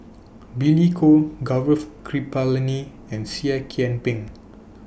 Billy Koh Gaurav Kripalani and Seah Kian Peng